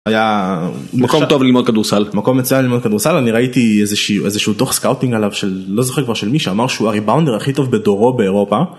היה מקום טוב ללמוד כדורסל, מקום מצוין ללמוד כדורסל. אני ראיתי איזה שהוא איזה שהוא דוח סקאוטינג עליו של לא זוכר כבר של מישהו אמר שהוא הריבונדר הכי טוב בדורו באירופה.